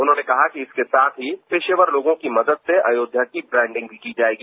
उन्होंने कहा कि इसके साथ ही पेशेवर लोगों की मदद से अयोध्या की ब्रांडिंग भी की जायेगी